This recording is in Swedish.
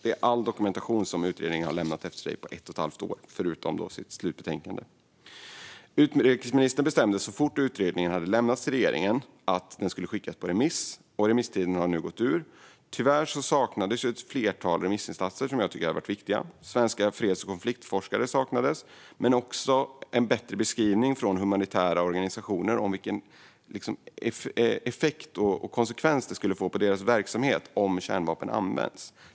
Det är all dokumentation som utredningen lämnat efter sig på ett och ett halvt år, förutom sitt slutbetänkande. Utrikesministern bestämde så fort utredningen hade lämnats till regeringen att den skulle skickas på remiss. Remisstiden har nu gått ut. Tyvärr saknades ett flertal remissinstanser som jag tycker hade varit viktiga. Svenska freds och konfliktforskare saknades liksom en bättre beskrivning från humanitära organisationer av vilka effekter och konsekvenser det skulle få för deras verksamhet om kärnvapen användes.